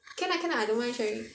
can lah can lah I don't mind sharing